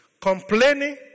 complaining